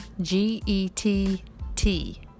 G-E-T-T